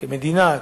כמדינה,